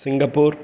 Singapore